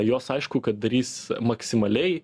jos aišku kad darys maksimaliai